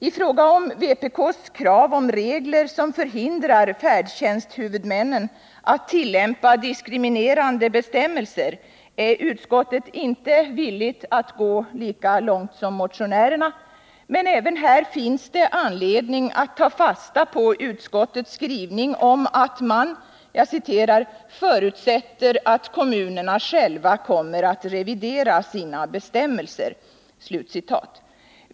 I fråga om vpk:s krav om regler som förhindrar färdtjänsthuvudmännen att tillämpa diskriminerande bestämmelser är utskottet inte villigt att gå lika långt som motionärerna, men även här finns det anledning att ta fasta på utskottets skrivning om att man ”förutsätter att kommunerna själva kommer att revidera sina bestämmelser”.